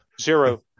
zero